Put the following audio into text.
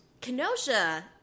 Kenosha